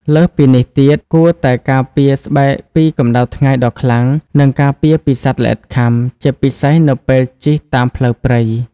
លើសពីនេះទៀត គួរតែការពារស្បែកពីកម្ដៅថ្ងៃដ៏ខ្លាំង និងការពារពីសត្វល្អិតខាំ ជាពិសេសនៅពេលជិះតាមផ្លូវព្រៃ។